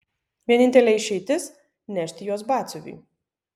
vienintelė išeitis nešti juos batsiuviui